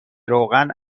روغن